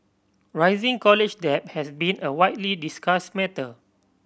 rising college debt has been a widely discussed matter